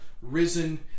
risen